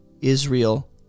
Israel